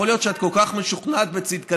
יכול להיות שאת כל כך משוכנעת בצדקתך,